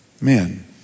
Men